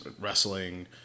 wrestling